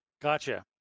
Gotcha